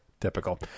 Typical